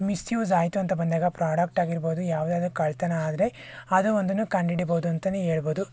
misuse ಆಯ್ತು ಅಂತ ಬಂದಾಗ ಪ್ರಾಡಕ್ಟ್ ಆಗಿರ್ಬೋದು ಯಾವ್ದಾರ ಒಂದು ಕಳ್ಳತನ ಆದರೆ ಅದು ಒಂದನ್ನು ಕಂಡುಹಿಡಿಬಹುದು ಅಂತನೇ ಹೇಳ್ಬೋದು